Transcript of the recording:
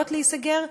יכולות להיסגר.